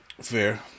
Fair